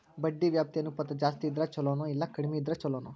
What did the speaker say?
ಬಡ್ಡಿ ವ್ಯಾಪ್ತಿ ಅನುಪಾತ ಜಾಸ್ತಿ ಇದ್ರ ಛಲೊನೊ, ಇಲ್ಲಾ ಕಡ್ಮಿ ಇದ್ರ ಛಲೊನೊ?